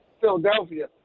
Philadelphia